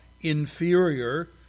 inferior